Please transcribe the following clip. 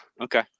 okay